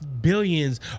billions